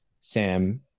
sam